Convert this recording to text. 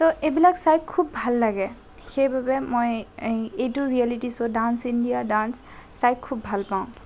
তো এইবিলাক চাই খুব ভাল লাগে সেইবাবে মই এইটো reality show dance India dance চাই খুব ভাল পাওঁ